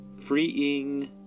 Freeing